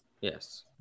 Yes